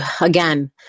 Again